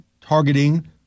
targeting